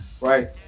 right